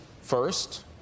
first